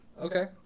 Okay